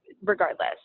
Regardless